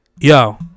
yo